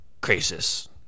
crisis